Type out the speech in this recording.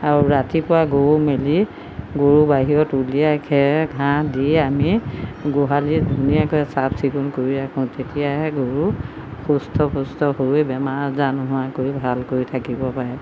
আৰু ৰাতিপুৱা গৰু মেলি গৰু বাহিৰত উলিয়াই খেৰ ঘাঁহ দি আমি গোহালি ধুনীয়াকৈ চাফ চিকুণকৈ কৰি ৰাখোঁ তেতিয়াহে গৰু সুস্থ পুষ্ট হৈ বেমাৰ আজাৰ নোহোৱাকৈ ভালকৈ থাকিব পাৰে